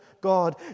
God